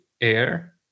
air